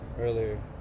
earlier